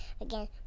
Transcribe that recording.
again